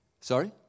Sorry